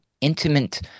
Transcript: intimate